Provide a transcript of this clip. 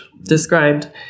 described